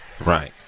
Right